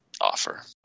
offer